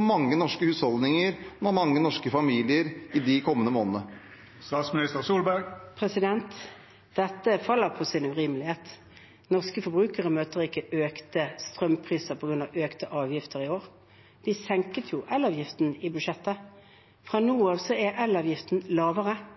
mange norske husholdninger og mange norske familier dermed får en kjempesmell de kommende månedene? Dette faller på sin egen urimelighet. Norske forbrukere møter ikke økte strømpriser på grunn av økte avgifter i år. Vi senket elavgiften i budsjettet. Fra nå av er elavgiften lavere.